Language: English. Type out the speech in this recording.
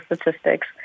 statistics